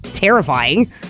Terrifying